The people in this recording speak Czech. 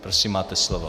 Prosím, máte slovo.